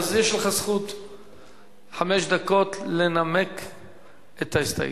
יש לך חמש דקות לנמק את ההסתייגות.